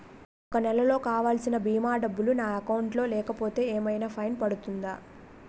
ఒక నెలకు కావాల్సిన భీమా డబ్బులు నా అకౌంట్ లో లేకపోతే ఏమైనా ఫైన్ పడుతుందా?